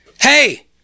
Hey